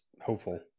hopeful